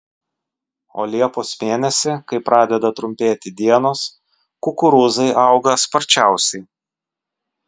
o liepos mėnesį kai pradeda trumpėti dienos kukurūzai auga sparčiausiai